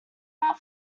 out